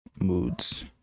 moods